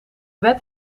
wet